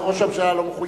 ראש הממשלה לא מחויב.